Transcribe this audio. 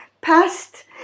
past